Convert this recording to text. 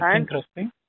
interesting